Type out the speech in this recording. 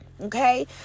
Okay